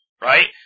Right